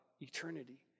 eternity